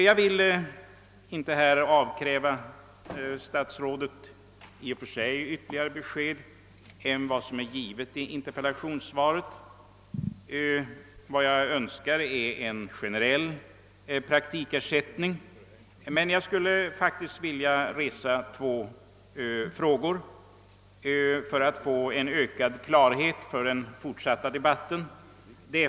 Jag vill i och för sig inte avkräva statsrådet ytterligare besked utöver vad som är givet i interpellationssvaret, men jag önskar att vi skall få en generell praktikersättning. Jag skulle faktiskt också vilja ställa två frågor för att skapa förutsättningar för ökad klarhet i den fortsatta debatten.